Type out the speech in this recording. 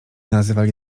nazywali